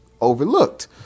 Overlooked